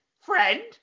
friend